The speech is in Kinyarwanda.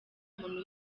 muntu